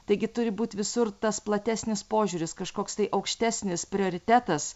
taigi turi būt visur tas platesnis požiūris kažkoks tai aukštesnis prioritetas